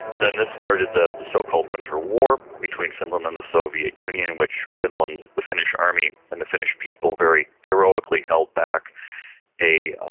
then this started the so-called winter war between finland and the soviet union in which the finnish army and the finnish people very heroically held back a